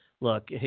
look